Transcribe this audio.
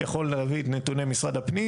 יכול להביא נתוני משרד הפנים.